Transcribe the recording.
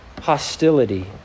hostility